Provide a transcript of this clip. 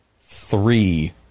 three